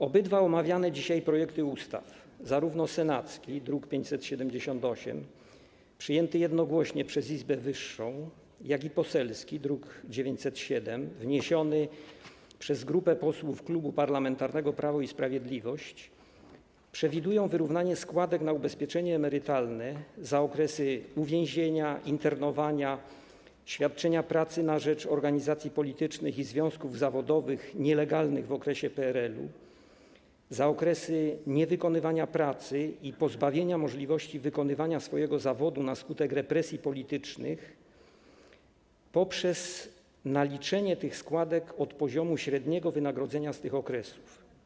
Obydwa omawiane dzisiaj projekty ustaw, zarówno senacki, druk nr 578, przyjęty jednogłośnie przez izbę wyższą, jak i poselski, druk nr 907, wniesiony przez grupę posłów Klubu Parlamentarnego Prawo i Sprawiedliwość, przewidują wyrównanie składek na ubezpieczenie emerytalne za okresy uwięzienia, internowania i świadczenia pracy na rzecz organizacji politycznych i związków zawodowych nielegalnych w okresie PRL-u oraz za okresy niewykonywania pracy i pozbawienia możliwości wykonywania swojego zawodu na skutek represji politycznych poprzez naliczenie tych składek od poziomu średniego wynagrodzenia z tych okresów.